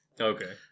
Okay